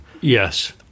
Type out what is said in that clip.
yes